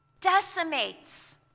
decimates